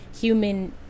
human